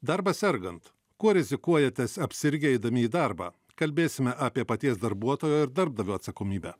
darbas sergant kuo rizikuojatės apsirgę eidami į darbą kalbėsime apie paties darbuotojo ir darbdavio atsakomybę